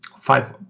five